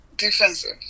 Defensive